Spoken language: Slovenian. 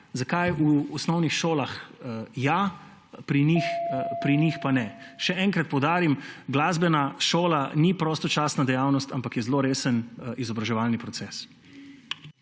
Zakaj v osnovnih šolah ja, pri njih pa ne? Še enkrat poudarim, glasbena šola ni prostočasna dejavnost, ampak je zelo resen izobraževalni proces.